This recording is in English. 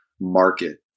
market